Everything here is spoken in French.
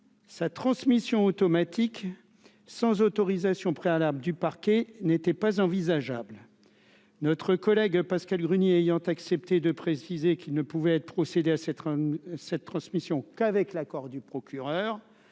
sa transmission automatique sans autorisation préalable du parquet n'était pas envisageable, notre collègue Pascale Gruny ayant accepté de préciser qu'il ne pouvait être procédé à s'être cette transmission qu'avec l'accord du procureur,